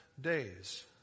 days